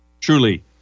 Truly